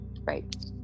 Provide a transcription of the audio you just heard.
right